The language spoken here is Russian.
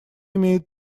имеет